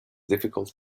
difficult